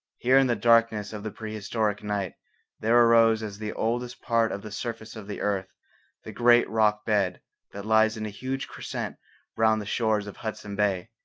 here in the darkness of the prehistoric night there arose as the oldest part of the surface of the earth the great rock bed that lies in a huge crescent round the shores of hudson bay,